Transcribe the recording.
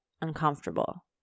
uncomfortable